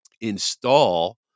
install